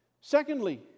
Secondly